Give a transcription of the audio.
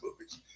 movies